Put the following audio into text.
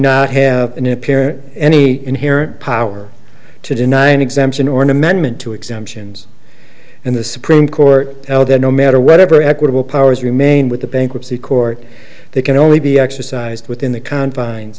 not have a new pair any inherent power to deny an exemption or an amendment to exemptions and the supreme court held that no matter what ever equitable powers remain with the bankruptcy court they can only be exercised within the confines